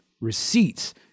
receipts